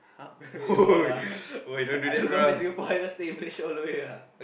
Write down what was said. AWOL lah I don't come back Singapore I just stay in Malaysia all the way ah